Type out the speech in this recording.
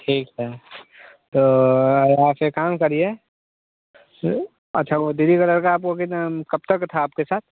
ठीक है तो आप एक काम करिए अच्छा वो दीदी का लड़का आपको कित कब तक था आपके साथ